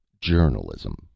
Journalism